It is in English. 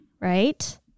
right